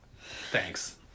thanks